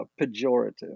pejorative